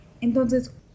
Entonces